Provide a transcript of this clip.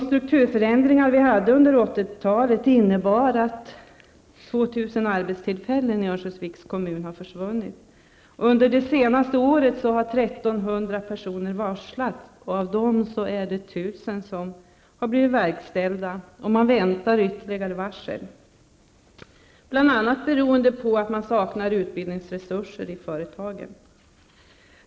Strukturförändringarna under 1980-talet har inneburit att 2 000 arbetstillfällen i Örnsköldsviks kommun har försvunnit. Under det senaste året har 1 300 personer varslats. 1 000 av varslen har blivit verksställda. Man väntar ytterligare varsel, bl.a. beroende på att företagen saknar utbildningsresurser.